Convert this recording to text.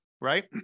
right